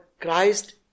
Christ